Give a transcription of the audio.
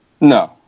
no